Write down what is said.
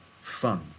fun